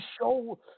show